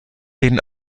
den